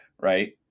right